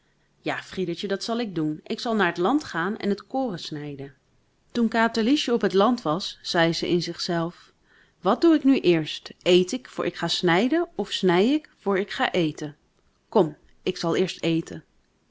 ja friedertje dat zal ik doen ik zal naar het land gaan en t koren snijden toen katerliesje op het land was zei ze in zich zelf wat doe ik nu eerst eet ik voor ik ga snijden of snij ik voor ik ga eten kom ik zal eerst eten